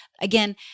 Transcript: again